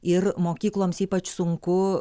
ir mokykloms ypač sunku